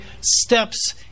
steps